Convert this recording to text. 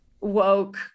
woke